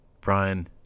Brian